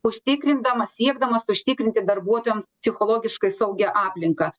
užtikrindamas siekdamas užtikrinti darbuotojams psichologiškai saugią aplinką